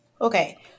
Okay